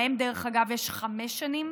להם, דרך אגב, יש חמש שנים